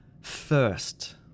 First